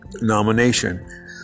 nomination